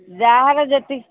ଯାହାର ଯେତିିକି